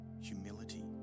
humility